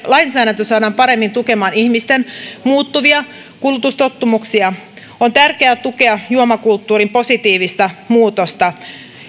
lainsäädäntö saadaan paremmin tukemaan ihmisten muuttuvia kulutustottumuksia on tärkeää tukea juomakulttuurin positiivista muutosta